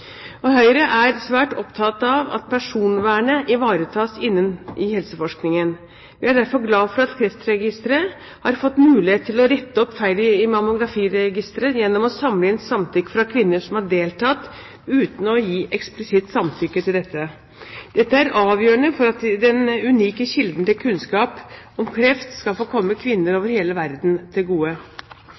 Høyre er svært opptatt av at personvernet ivaretas i helseforskningen. Vi er derfor glad for at Kreftregisteret har fått mulighet til å rette opp feil i mammografiregisteret gjennom å samle inn samtykke fra kvinner som har deltatt uten å gi eksplisitt samtykke til dette. Dette er avgjørende for at denne unike kilden til kunnskap om kreft skal få komme kvinner over hele verden til gode.